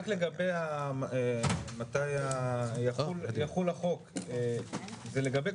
מלכתחילה, גם בחוק המקורי, התנגדנו